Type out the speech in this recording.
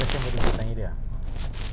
oh buff eh